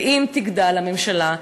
ואם תגדל הממשלה,